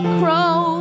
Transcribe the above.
crow